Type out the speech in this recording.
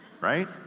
right